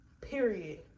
Period